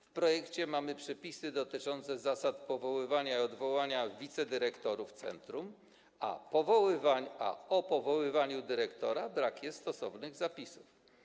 W projekcie mamy przepisy dotyczące zasad powoływania i odwoływania wicedyrektorów centrum, a o powoływaniu dyrektora brak jest stosownych zapisów.